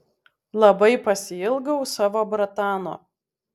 labai pasiilgau savo bratano